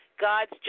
God's